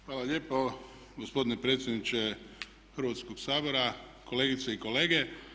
Hvala lijepo gospodine predsjedniče Hrvatskoga sabora, kolegice i kolege.